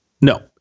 No